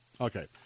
Okay